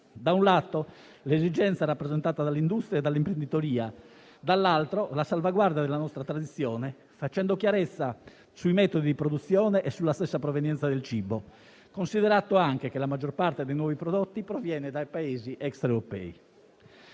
da un lato, l'esigenza rappresentata dall'industria e dall'imprenditoria, dall'altro, la salvaguardia della nostra tradizione, facendo chiarezza sui metodi di produzione e sulla stessa provenienza del cibo, considerato anche che la maggior parte dei nuovi prodotti proviene da Paesi extraeuropei.